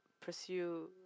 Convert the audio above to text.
pursue